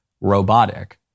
robotic